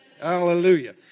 Hallelujah